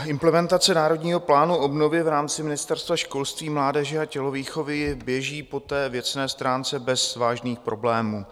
Implementace Národního plánu obnovy v rámci Ministerstva školství, mládeže a tělovýchovy běží po věcné stránce bez vážných problémů.